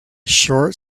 short